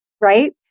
right